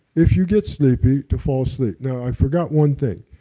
if you get sleepy to fall asleep. now i forgot one thing.